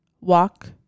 Walk